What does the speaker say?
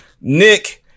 Nick